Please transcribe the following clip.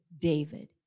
David